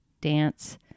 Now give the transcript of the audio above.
dance